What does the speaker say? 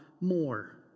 more